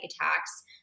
attacks